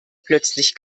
plötzlich